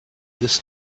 this